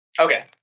Okay